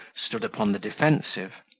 stood upon the defensive.